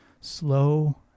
Slow